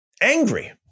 angry